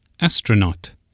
astronaut